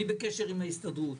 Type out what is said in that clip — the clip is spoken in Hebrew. אני בקשר עם ההסתדרות.